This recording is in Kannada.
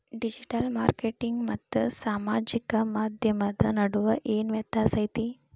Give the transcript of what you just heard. ಡಿಜಿಟಲ್ ಮಾರ್ಕೆಟಿಂಗ್ ಮತ್ತ ಸಾಮಾಜಿಕ ಮಾಧ್ಯಮದ ನಡುವ ಏನ್ ವ್ಯತ್ಯಾಸ ಐತಿ